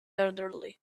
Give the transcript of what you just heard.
elderly